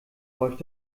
läuft